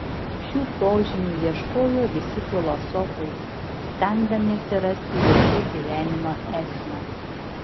šių požymių ieškojo visi filosofai stengdamiesi rasti juose gyvenimo esmę